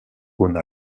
rhône